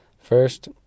First